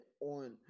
on